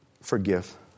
Forgive